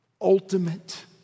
ultimate